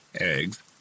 eggs